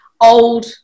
old